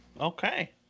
Okay